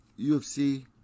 UFC